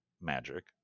magic